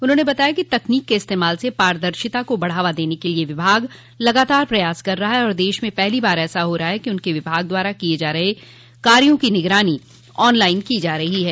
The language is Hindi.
उन्होंने बताया कि तकनीक के इस्तेमाल से पारदर्शिता को बढ़ावा देने के लिये विभाग लगातार प्रयास कर रहा है और देश में पहली बार ऐसा हो रहा है कि उनके विभाग द्वारा किये जा रहे कार्यो की निगरानी ऑन लाइन की जा रही है